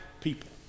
people